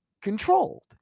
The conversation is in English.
controlled